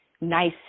nice